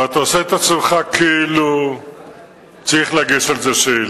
ואתה עושה את עצמך כאילו צריך להגיש על זה שאילתא.